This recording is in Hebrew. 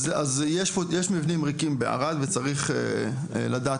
אז יש מבנים ריקים בערד וצריך לדעת